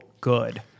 good